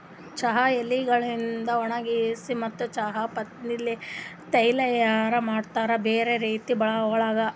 ಚಹಾ ಎಲಿಗೊಳಿಗ್ ಒಣಗಿಸಿ ಮತ್ತ ಚಹಾ ಪತ್ತಿ ತೈಯಾರ್ ಮಾಡ್ತಾರ್ ಬ್ಯಾರೆ ರೀತಿ ಒಳಗ್